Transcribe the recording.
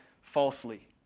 falsely